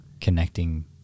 connecting